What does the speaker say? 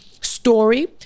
story